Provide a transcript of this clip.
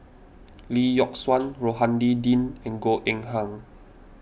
Lee Yock Suan Rohani Din and Goh Eng Han